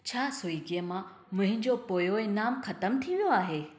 छा स्विग्गीअ मां मुंहिंजो पोयों इनामु ख़तम थी वियो आहे